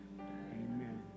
Amen